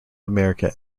america